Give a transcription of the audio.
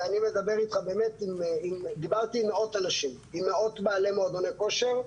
ודיברתי עם מאות בעלי מועדוני כושר.